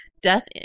death